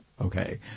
okay